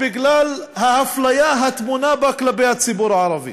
בגלל האפליה הטמונה בה כלפי הציבור הערבי.